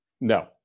No